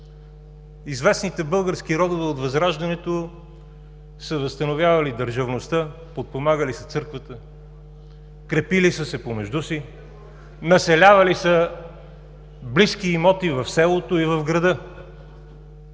Известните български родове от Възраждането са възстановявали държавността, подпомагали са църквата, крепили са се помежду си, населявали са близки имоти в селото и в града.